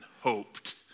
hoped